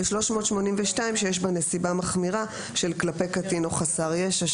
382 שיש בה נסיבה מחמירה כלפי קטין או חסר ישע,